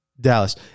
Dallas